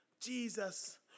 Jesus